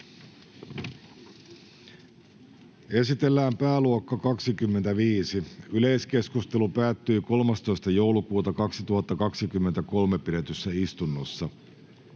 Esitellään pääluokka 25. Yleiskeskustelu päättyi 13.12.2023 pidetyssä istunnossa.